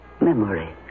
memory